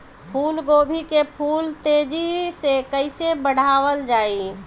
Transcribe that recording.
फूल गोभी के फूल तेजी से कइसे बढ़ावल जाई?